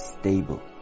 stable